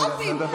בוטים.